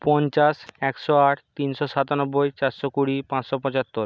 পঞ্চাশ একশো আট তিনশো সাতানব্বই চারশো কুড়ি পাঁচশো পঁচাত্তর